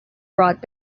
brought